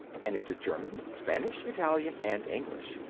and into german, spanish, italian, and english,